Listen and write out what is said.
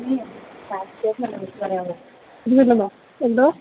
ഇന്നില്ലല്ലോ എന്തോ